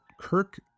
Kirk